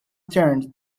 tuned